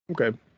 Okay